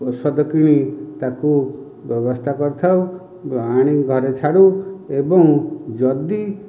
ଔଷଧ କିଣି ତାକୁ ବ୍ୟବସ୍ଥା କରିଥାଉ ଆଣି ଘରେ ଛାଡ଼ୁ ଏବଂ ଯଦି